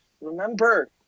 remember